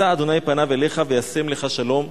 ישא ה' פניו אליך וישם לך שלום".